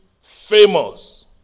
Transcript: famous